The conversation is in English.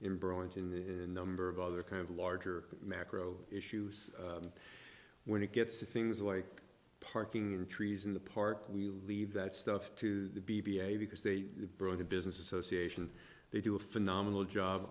in burlington the number of other kind of larger macro issues when it gets to things like parking and trees in the park we leave that stuff to the b b a because they've brought the business association they do a phenomenal job